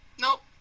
Nope